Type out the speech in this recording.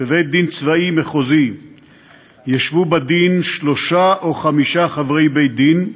בבית-דין צבאי מחוזי ישבו בדין שלושה או חמישה חברי בית-דין,